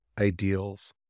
ideals